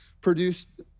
produced